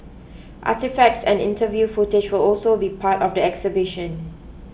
artefacts and interview footage will also be part of the exhibition